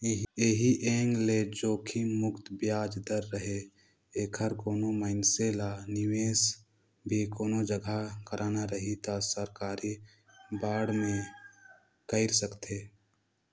ऐही एंग ले जोखिम मुक्त बियाज दर रहें ऐखर कोनो मइनसे ल निवेस भी कोनो जघा करना रही त सरकारी बांड मे कइर सकथे